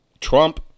Trump